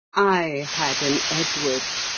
i had an edward,